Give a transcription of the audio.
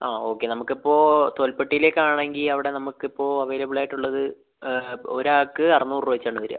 ആ ഓക്കെ നമുക്ക് അപ്പം തോൽപ്പെട്ടിയിലേക്കാണെങ്കിൽ അവിടെ നമുക്ക് ഇപ്പം അവൈലബിൾ ആയിട്ടുള്ളത് ഒരാൾക്ക് അറുന്നൂറ് രൂപ വെച്ചാണ് വരുക